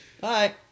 Bye